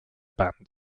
band